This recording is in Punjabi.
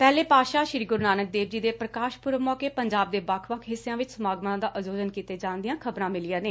ਪਹਿਲੇ ਪਾਤਸ਼ਾਹ ਸ੍ਰੀ ਗੁਰੂ ਨਾਨਕ ਦੇਵ ਜੀ ਦੇ ਪ੍ਰਕਾਸ਼ ਪੁਰਬ ਮੌਕੇ ਪੰਜਾਬ ਦੇ ਵੱਖ ਵੱਖ ਹਿੱਸਿਆਂ ਵਿਚ ਸਮਾਗਮਾਂ ਦਾ ਆਯੋਜਨ ਕੀਤੇ ਜਾਣ ਦੀਆਂ ਖਬਰਾਂ ਮਿਲੀਆਂ ਨੇ